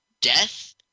death